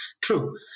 True